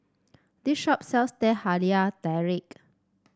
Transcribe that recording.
this shop sells Teh Halia Tarik